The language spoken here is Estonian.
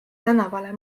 tänavale